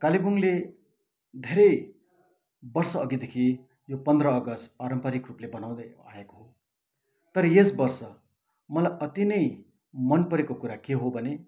कालेबुङले धेरै वर्ष अघिदेखि यो पन्ध्र अगस्ट पारम्परिक रूपले मनाउँदै आएको हो तर यस वर्ष मलाई अति नै मन परेको कुरा के हो भने